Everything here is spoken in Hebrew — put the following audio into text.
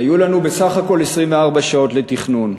היו לנו בסך הכול 24 שעות לתכנון.